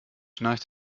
schnarcht